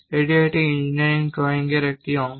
এটি একটি engineering drawing এর একটি অংশ